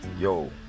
Yo